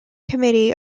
committee